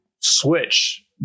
switch